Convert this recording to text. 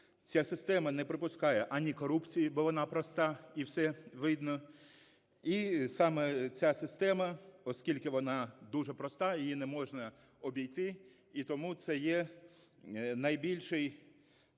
Ця система не припускає ані корупції, бо вона проста, і все видно. І саме ця система, оскільки вона дуже проста, її неможна обійти, і тому це є найбільш